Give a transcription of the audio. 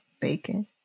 bacon